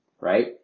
Right